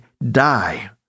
die